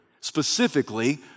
Specifically